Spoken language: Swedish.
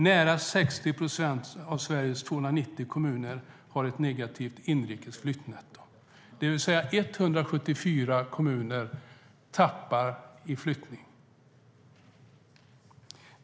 Nära 60 procent av Sveriges 290 kommuner har ett negativt inrikes flyttnetto, det vill säga 174 kommuner tappar till följd av flyttning.